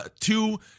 two